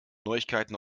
neuigkeiten